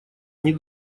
они